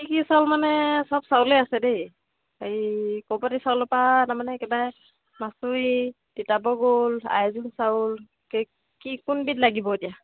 কি কি চাউল মানে চব চাউলে আছে দেই এই কৌপাটি চাউলৰ পৰা তাৰমানে একেবাৰে মাচুৰি তিতাবৰ গ'ল্ড আইজোং চাউল কি কি কোনবিধ লাগিব এতিয়া